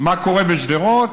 מה קורה בשדרות?